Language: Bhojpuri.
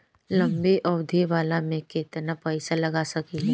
लंबी अवधि वाला में केतना पइसा लगा सकिले?